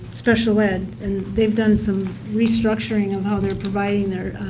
special ed. and they've done some restructuring of how they're providing their